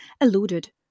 eluded